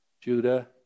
Judah